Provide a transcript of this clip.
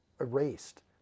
erased